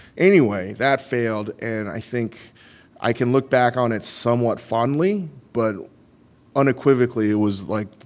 anyway, that failed. and i think i can look back on it somewhat fondly. but unequivocally, it was, like,